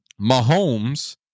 Mahomes